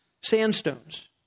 sandstones